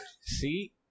See